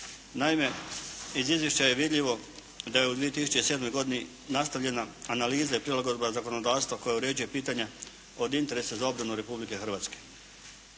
Naime iz izvješća je vidljivo da je u 2007. godini nastavljena analiza i prilagodba zakonodavstva koja uređuje pitanja od interesa za obranu Republike Hrvatske.